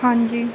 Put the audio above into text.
ਹਾਂਜੀ